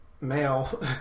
male